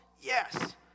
Yes